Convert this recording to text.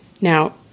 Now